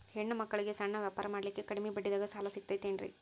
ಹೆಣ್ಣ ಮಕ್ಕಳಿಗೆ ಸಣ್ಣ ವ್ಯಾಪಾರ ಮಾಡ್ಲಿಕ್ಕೆ ಕಡಿಮಿ ಬಡ್ಡಿದಾಗ ಸಾಲ ಸಿಗತೈತೇನ್ರಿ?